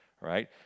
right